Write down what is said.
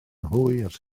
hwyr